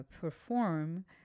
perform